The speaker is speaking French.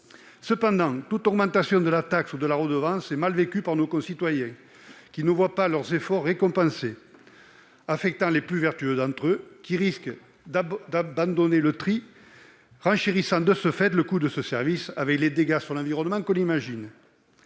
Toutefois, toute augmentation de cette taxe ou redevance est mal vécue par nos concitoyens, qui ne voient pas leurs efforts récompensés. Cela affecte les plus vertueux d'entre eux : ils risquent d'abandonner le tri, ce qui renchérirait le coût de ce service, avec les dégâts sur l'environnement qu'on imagine.